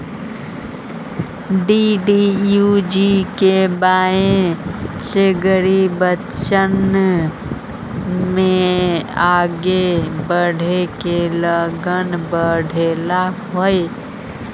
DDUGKY से गरीब बच्चन में आगे बढ़े के लगन बढ़ले हइ